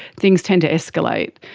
things tend to escalate,